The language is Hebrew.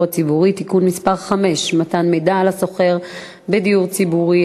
הציבורי (תיקון מס' 5) (מתן מידע לשוכר בדיור הציבורי),